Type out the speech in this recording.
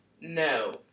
No